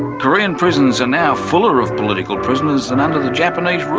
korean prisons are now fuller of political prisoners than under the japanese rule.